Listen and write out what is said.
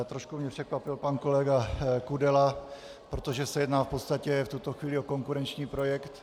Trošku mě překvapil pan kolega Kudela, protože se jedná v podstatě v tuto chvíli o konkurenční projekt.